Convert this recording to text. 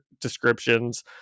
descriptions